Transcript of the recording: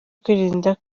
kwirinda